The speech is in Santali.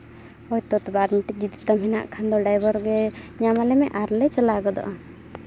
ᱦᱳᱭᱛᱚ ᱛᱚᱵᱮ ᱟᱨ ᱢᱤᱫᱴᱤᱡ ᱛᱟᱢ ᱢᱮᱱᱟᱜ ᱠᱷᱟᱱ ᱫᱚ ᱰᱟᱭᱵᱷᱟᱨ ᱜᱮ ᱧᱟᱢ ᱟᱞᱮᱢᱮ ᱟᱨᱞᱮ ᱪᱟᱞᱟᱣ ᱜᱚᱫᱚᱜᱼᱟ